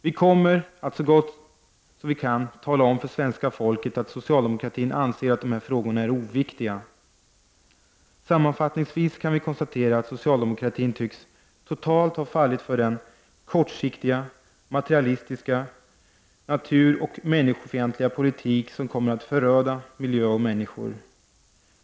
Vi kommer att så gott vi kan tala om för svenska folket att socialdemokratin anser att de här frågorna är oviktiga. Sammanfattningsvis kan vi konstatera att socialdemokratin totalt tycks ha fallit för den kortsiktiga, materialistiska och naturoch människofientliga politik som kommer att föröda miljö och människor.